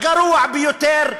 הגרוע ביותר,